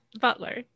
Butler